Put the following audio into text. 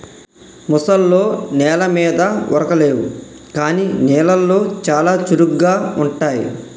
ముసల్లో నెల మీద ఉరకలేవు కానీ నీళ్లలో చాలా చురుగ్గా ఉంటాయి